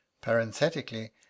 parenthetically